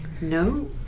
No